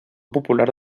popular